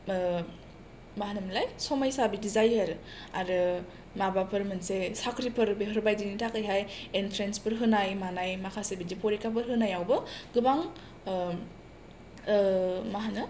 मा होनोमोनलाय समायसा बिदि जायो आरो आरो माबाफोर मोनसे साख्रिफोर बेफोरबायदिनि थाखायहाय इन्ट्रेन्सफोर होनाय मानाय माखासे बिदि फरिखाफोर होनायावबो गोबां मा होनो